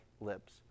lips